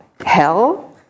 hell